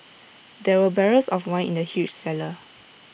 there were barrels of wine in the huge cellar